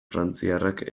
frantziarrak